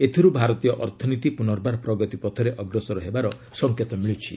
ଏଥିରୁ ଭାରତୀୟ ଅର୍ଥନୀତି ପୁନର୍ବାର ପ୍ରଗତି ପଥରେ ଅଗ୍ରସର ହେବାର ସଂକେତ ମିଳୁଛି